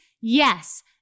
yes